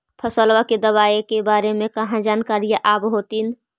फसलबा के दबायें के बारे मे कहा जानकारीया आब होतीन?